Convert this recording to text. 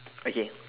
okay